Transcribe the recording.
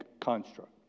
construct